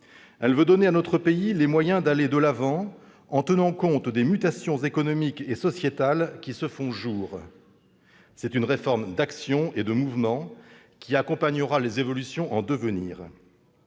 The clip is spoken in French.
Elle veut donner à notre pays les moyens d'aller de l'avant en tenant compte des mutations économiques et sociétales qui se font jour. C'est une réforme d'action et de mouvement qui accompagnera les évolutions en devenir.